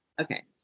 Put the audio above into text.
Okay